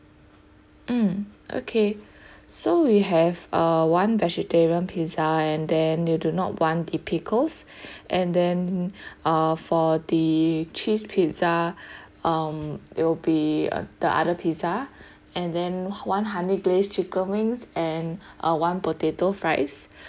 mm okay so we have err one vegetarian pizza and then you do not want the pickles and then uh for the cheese pizza um it will be uh the other pizza and then one honey glazed chicken wings and uh one potato fries